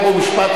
חוק ומשפט,